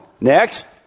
Next